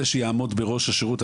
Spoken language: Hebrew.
זה שיעמוד בראש השירות,